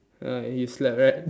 uh it's like